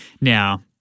Now